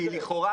כי לכאורה,